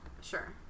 Sure